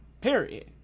Period